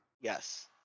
Yes